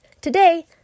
Today